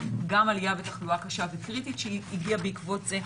גם עלייה בתחלואה קשה וקריטית שהגיעה בעקבות זה.